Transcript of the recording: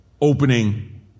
Opening